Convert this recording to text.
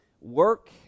Work